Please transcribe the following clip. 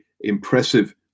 impressive